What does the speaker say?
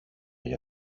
για